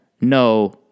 no